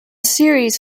series